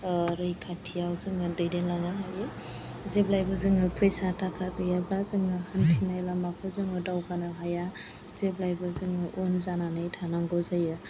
रैखाथियाव जों दैदेनलांनो हायो जेब्लायबो जों फैसा थाखा गैयाब्ला जों हान्थिनाय लामाखौ जों दावगानो हाया जेब्लायबो जों उन जानानै थानांगौ जायो